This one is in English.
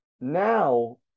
now